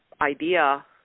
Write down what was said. idea